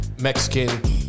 mexican